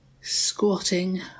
squatting